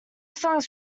songs